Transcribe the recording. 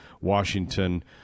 Washington